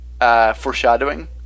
foreshadowing